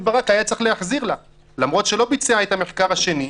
ברק היה צריך להחזיר לה למרות שלא ביצע את המחקר השני.